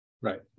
right